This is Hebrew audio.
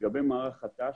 לגבי מערך הת"ש,